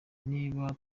niba